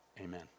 Amen